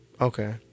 Okay